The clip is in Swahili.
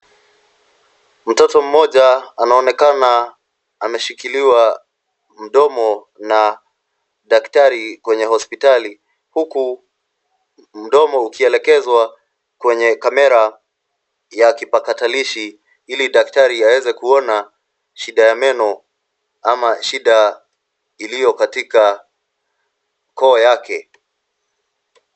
Mtoto mmoja anaonekana ameshikiliwa mdomo na daktari kwenye hospitali huku mdomo ukielekezwa kwenye kamera ya kipakatarishi ili daktari aweza kuona shida ya meno ama shida iliyo katika koo yake.